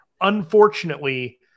Unfortunately